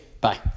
Bye